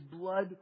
blood